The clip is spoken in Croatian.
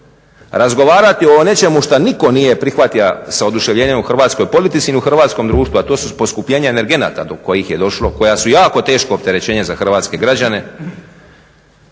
Razgovarati o nečemu što nitko nije prihvatio sa oduševljenjem u hrvatskoj politici i u hrvatskom društvu, a to su poskupljenja energenata do kojih je došlo koja su jako teško opterećenje za hrvatske građane